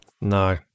No